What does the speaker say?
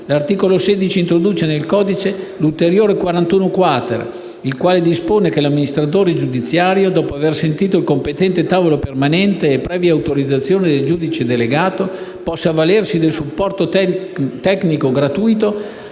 L'articolo 16 introduce poi nel codice antimafia l'ulteriore articolo 41-*quater*, il quale dispone che l'amministratore giudiziario, dopo aver sentito il competente tavolo permanente, e previa autorizzazione del giudice delegato, possa avvalersi del supporto tecnico, gratuito,